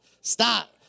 stop